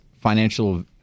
financial